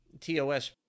TOS